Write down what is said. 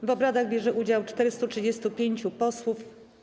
W obradach bierze udział 435 posłów.